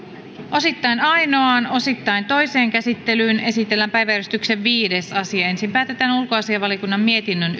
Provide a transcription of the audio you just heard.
osittain ainoaan osittain toiseen käsittelyyn esitellään päiväjärjestyksen viides asia ensin päätetään ulkoasiainvaliokunnan mietinnön